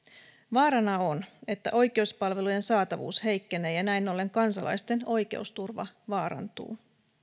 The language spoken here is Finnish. vaarana on että oikeuspalvelujen saatavuus heikkenee ja näin ollen kansalaisten oikeusturva vaarantuu